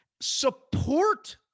support